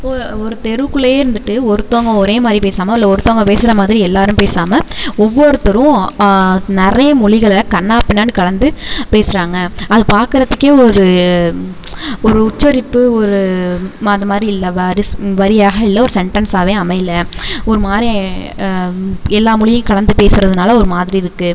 ஒரு தெருக்குள்ளவே இருந்துகிட்டு ஒருத்தவங்க ஒரே மாதிரி பேசாமல் இல்லை ஒருத்தவங்க பேசுகிற மாதிரி எல்லாரும் பேசாமல் ஒவ்வொருத்தரும் நறைய மொழிகள கன்னா பின்னான்னு கலந்து பேசுகிறாங்க அது பார்க்கறத்துக்கே ஒரு ஒரு உச்சரிப்பு ஒரு ம அதுமாதிரி இல்லை வரிஸ் வரியாக இல்லை ஒரு செண்டன்ஸாவே அமையல ஒரு மாதிரி எல்லா மொழியையும் கலந்து பேசுகிறதுனால ஒரு மாதிரி இருக்குது